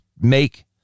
make